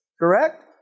Correct